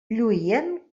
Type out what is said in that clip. lluïen